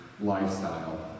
lifestyle